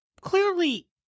clearly